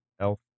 elf